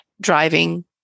driving